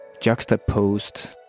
juxtaposed